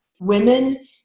women